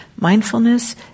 mindfulness